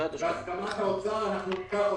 בהסכמת האוצר אנחנו נתקע אותו.